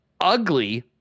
ugly